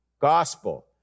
gospel